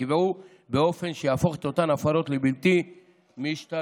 נקבעו באופן שיהפוך את אותן הפרות לבלתי משתלמות.